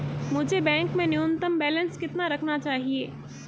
मुझे बैंक में न्यूनतम बैलेंस कितना रखना चाहिए?